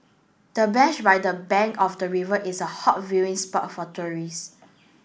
the bench by the bank of the river is a hot viewing spot for tourist